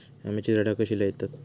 आम्याची झाडा कशी लयतत?